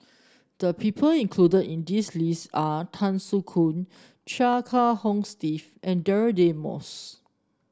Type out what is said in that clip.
the people included in this list are Tan Soo Khoon Chia Kiah Hong Steve and Deirdre Moss